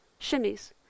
shimmies